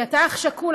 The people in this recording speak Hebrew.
כי כשאתה אח שכול,